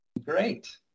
Great